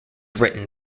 written